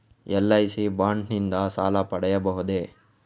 LIC bond ನಿಂದ ಸಾಲ ಪಡೆಯಬಹುದೇ?